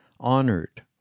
honored